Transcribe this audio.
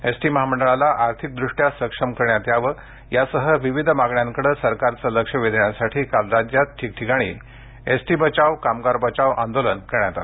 ST महामंडळास आर्थिकदृष्ट्या सक्षम करण्यात यावं यासह विविध मागण्यांकडे सरकारचे लक्ष वेधण्यासाठी काल राज्यात एसटी बचाव कामगार बचाव आंदोलन करण्यात आले